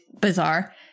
bizarre